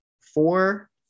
four